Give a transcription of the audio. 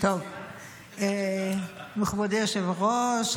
מכובדי היושב-ראש,